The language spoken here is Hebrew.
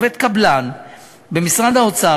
עובד קבלן במשרד האוצר,